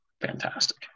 fantastic